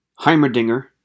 Heimerdinger